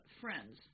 Friends